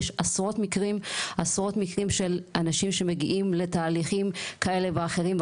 יש עשרות מקרים של אנשים שמגיעים לתהליכים כאלה ואחרים,